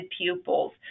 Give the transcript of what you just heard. pupils